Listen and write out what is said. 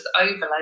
overload